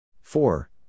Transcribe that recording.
four